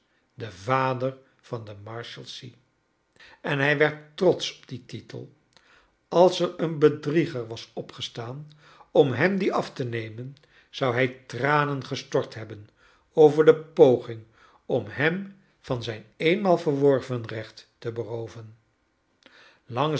de vader van de marshalsea en hij werd trotsch op dien bitel als er een bedrieger was opgestaan om hem dien af te nemen zou hij tranen gestort hebben over de poging om hem van zijn eenmaal verworven recht te berooven